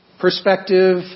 perspective